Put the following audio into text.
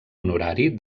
honorari